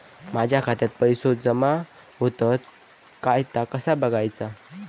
माझ्या खात्यात पैसो जमा होतत काय ता कसा बगायचा?